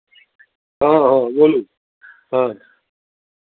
हँ हँ बोलू हँ